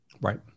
Right